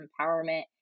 empowerment